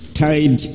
tied